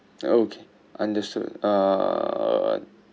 okay understood uh